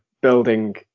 building